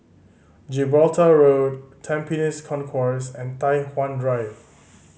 Gibraltar Road Tampines Concourse and Tai Hwan Drive